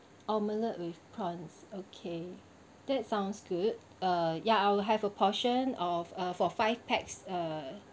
omelette with prawns okay that sounds good uh ya I'll have a portion of uh for five pax uh